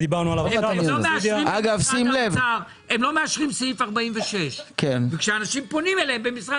הם לא מאשרים סעיף 46 וכשאנשים פונים אליהם במשרד